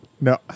No